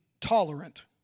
tolerant